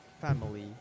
family